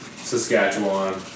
Saskatchewan